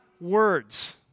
words